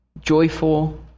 joyful